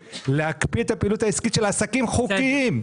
להקפיא את הפעילות העסקית של עסקים וקיים.